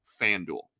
FanDuel